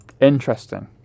Interesting